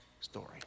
story